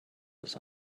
was